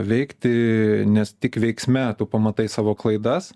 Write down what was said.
veikti nes tik veiksme tu pamatai savo klaidas